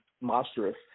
monstrous